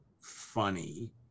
funny